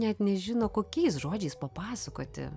net nežino kokiais žodžiais papasakoti